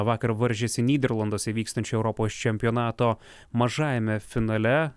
vakar varžėsi nyderlanduose vykstančio europos čempionato mažajame finale